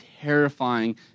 terrifying